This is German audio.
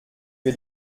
wir